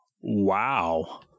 Wow